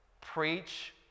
preach